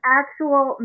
actual